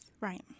Right